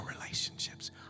relationships